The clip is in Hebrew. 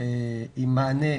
עם מענה,